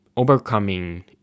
overcoming